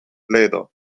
ledo